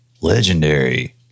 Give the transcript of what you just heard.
legendary